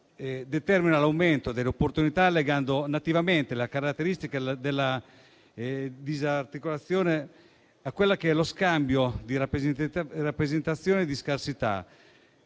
determina l'aumento delle opportunità legando nativamente la caratteristica della disintermediazione a quella dello scambio di rappresentazioni di "scarsità",